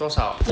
多少